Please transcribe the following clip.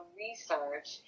research